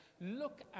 look